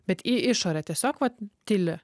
bet į išorę tiesiog vat tyli